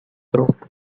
group